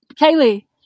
Kaylee